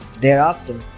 Thereafter